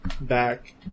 back